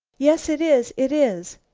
yes, it is! it is!